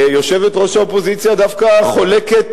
שיושבת-ראש האופוזיציה דווקא חולקת